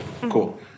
Cool